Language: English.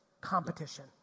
competition